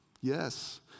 Yes